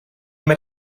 met